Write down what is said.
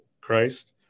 Christ